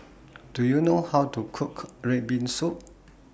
Do YOU know How to Cook Red Bean Soup